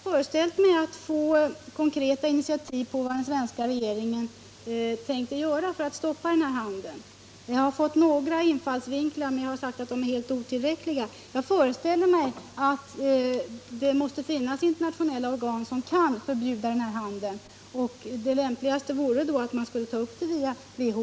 Herr talman! Jag hade föreställt mig att jag skulle få höra vilka konkreta initiativ den svenska regeringen tänker ta för att stoppa den här handeln. Jag har fått några infallsvinklar, men jag har sagt att åtgärderna är helt otillräckliga. Det måste finnas internationella organ som kan förbjuda den här handeln. Det lämpligaste vore då att ta upp frågan via WHO.